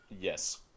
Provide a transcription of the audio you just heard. Yes